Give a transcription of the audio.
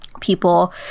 people